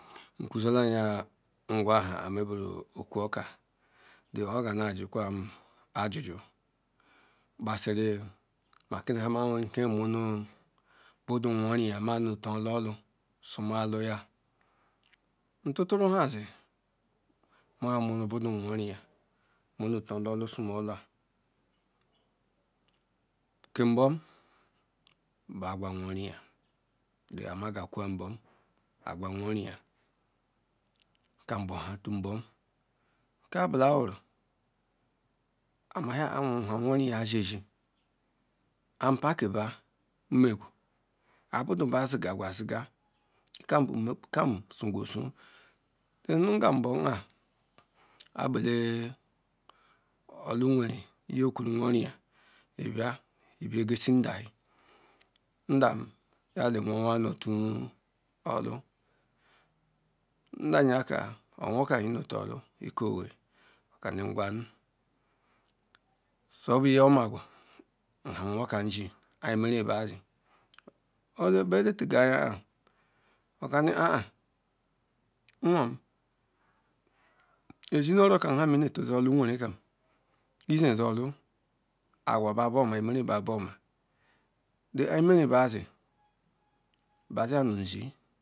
obuya leh kasi bichi kari nyegwuru ah kwah neh eri ikani na ali-ikwere buh nyebiala nmene anyi-ah nye bia-bia nahgah nkem boroma keni ndeh weh ali nu ali-ikwere anyi ngwa zulam seh omagwu nwo kaji obele taga anya ezine oro kam izaga doh la nwere kam bah zah neh ezi